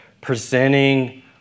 presenting